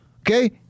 Okay